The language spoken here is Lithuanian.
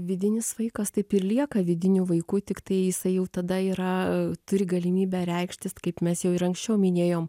vidinis vaikas taip ir lieka vidiniu vaiku tiktai jisai jau tada yra turi galimybę reikštis kaip mes jau ir anksčiau minėjom